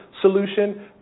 solution